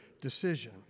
decision